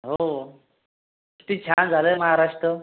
हो किती छान झाला आहे महाराष्ट्र